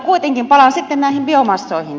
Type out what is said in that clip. kuitenkin palaan näihin biomassoihin